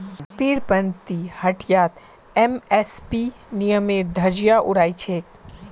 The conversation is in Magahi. पीरपैंती हटियात एम.एस.पी नियमेर धज्जियां उड़ाई छेक